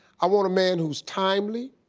i want a man who's timely.